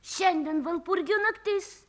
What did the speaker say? šiandien valpurgi naktis